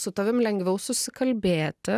su tavim lengviau susikalbėti